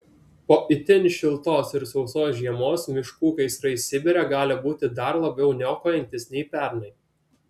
po itin šiltos ir sausos žiemos miškų gaisrai sibire gali būti dar labiau niokojantys nei pernai